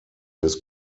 his